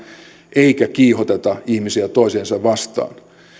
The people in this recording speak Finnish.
eikä kiihoteta ihmisiä toisiansa vastaan